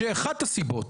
אחת הסיבות,